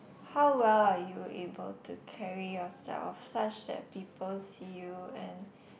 how well are you able to carry yourself such as people see you and